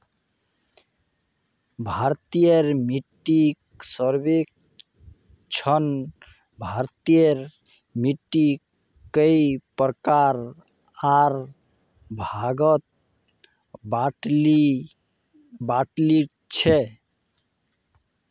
भारतीय मिट्टीक सर्वेक्षणत भारतेर मिट्टिक कई प्रकार आर भागत बांटील छे